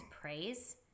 praise